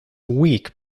week